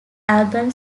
album